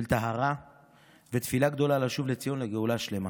של טהרה ותפילה גדולה לשוב לציון ולגאולה שלמה.